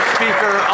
speaker